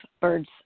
birds